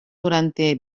durante